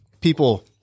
people